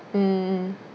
mm